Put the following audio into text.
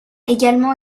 également